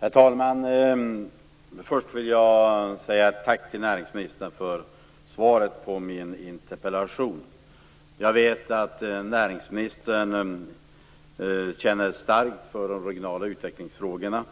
Herr talman! Först vill jag framföra ett tack till näringsministern för svaret på min interpellation. Jag vet att näringsministern känner starkt för de regionala utvecklingsfrågorna.